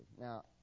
Now